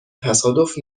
تصادف